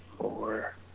four